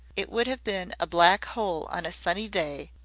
it would have been a black hole on a sunny day,